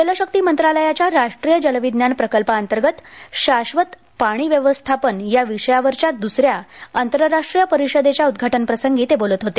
जलशक्ती मंत्रालयाच्या राष्ट्रीय जल विज्ञान प्रकल्पाअंतर्गत शाश्वत पाणी व्यवस्थापन या विषयावरच्या दुसऱ्या आंतरराष्ट्रीय परिषदेच्या उद्घाटनप्रसंगी ते बोलत होते